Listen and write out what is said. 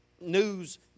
news